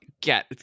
get